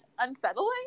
unsettling